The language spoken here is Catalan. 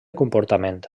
comportament